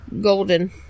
golden